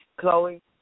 Chloe